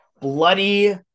bloody